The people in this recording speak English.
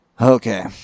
Okay